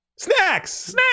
snacks